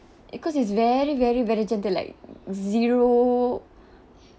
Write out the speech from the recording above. it cause it's very very very gentle like zero